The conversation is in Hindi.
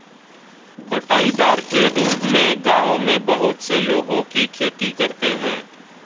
बँटाईदार के रूप में गाँवों में बहुत से लोगों की खेती करते हैं